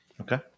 Okay